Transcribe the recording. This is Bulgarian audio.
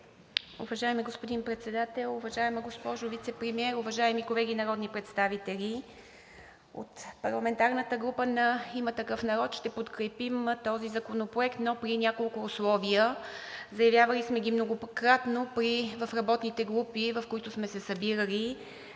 Уважаеми господин Председател, уважаема госпожо Вицепремиер, уважаеми колеги народни представители! От парламентарната група на „Има такъв народ“ ще подкрепим този законопроект, но при няколко условия, заявявали сме ги многократно в работните групи, в които сме се събирали.